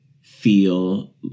feel